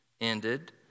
ended